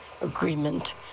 agreement